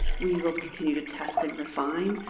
we will continue to test and refine.